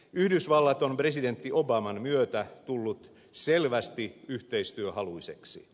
yhdysvallat on presidentti obaman myötä tullut selvästi yhteistyöhaluiseksi